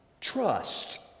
trust